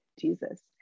Jesus